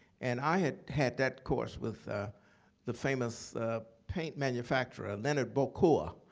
and i had had that course with the famous paint manufacturer leonard bocour,